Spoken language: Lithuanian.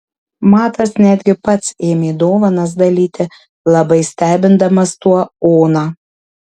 matas netgi pats ėmė dovanas dalyti labai stebindamas tuo oną